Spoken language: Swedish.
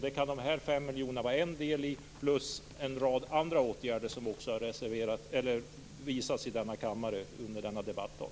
Det kan dessa 5 miljoner vara en del i plus en rad andra åtgärder som också har redovisats i denna kammare under denna debattdag.